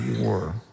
war